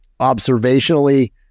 observationally